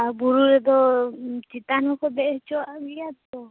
ᱟ ᱵᱩᱨᱩ ᱨᱮᱫ ᱪᱮᱛᱟᱱ ᱦᱚᱸ ᱫᱮᱡ ᱦᱚᱪᱚᱭᱟᱜ ᱜᱮᱭᱟ ᱛᱚ